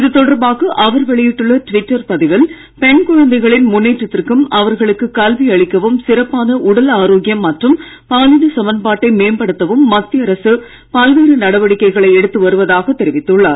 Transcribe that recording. இது தொடர்பாக அவர் வெளியிட்டுள்ள பெண் குழந்தைகளின் முன்னேற்றத்திற்கும் அவர்களுக்கு கல்வி அளிக்கவும் சிறப்பான உடல் ஆரோக்கியம் மற்றும் பாலின சமன்பாட்டை மேம்படுத்தவும் மத்திய அரசு பல்வேறு நடவடிக்கைகளை எடுத்து வருவதாக தெரிவித்துள்ளார்